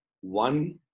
One